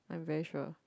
I'm very sure